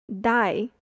die